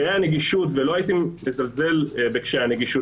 לא הייתי מזלזל בקשיי הנגישות,